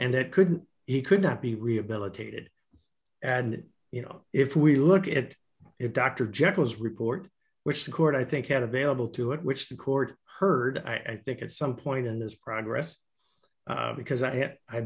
it could he could not be rehabilitated and you know if we look at it dr jekyll is report which the court i think had available to it which the court heard i think at some point in his progress because i